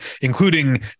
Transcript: including